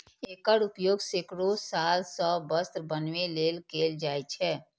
एकर उपयोग सैकड़ो साल सं वस्त्र बनबै लेल कैल जाए छै